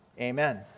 Amen